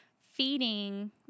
feeding